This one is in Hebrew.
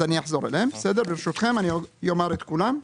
אני אחזור עליהן, ברשותכם אני אומר את כולן.